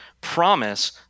promise